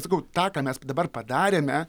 sakau tą ką mes dabar padarėme